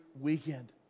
weekend